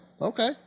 Okay